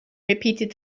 repeated